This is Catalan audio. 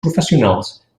professionals